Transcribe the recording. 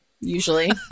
usually